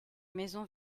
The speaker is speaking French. maison